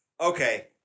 Okay